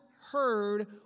heard